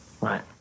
Right